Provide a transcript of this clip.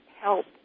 help